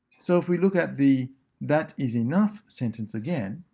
so, if we look at the that is enough sentence again,